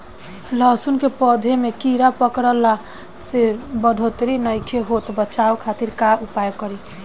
लहसुन के पौधा में कीड़ा पकड़ला से बढ़ोतरी नईखे होत बचाव खातिर का उपाय करी?